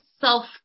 self